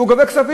והוא גובה כספים,